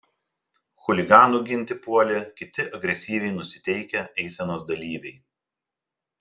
chuliganų ginti puolė kiti agresyviai nusiteikę eisenos dalyviai